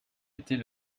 était